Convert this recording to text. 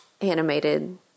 animated